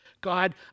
God